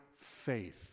faith